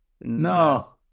no